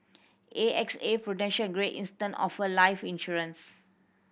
A X A Prudential Great Eastern offer life insurance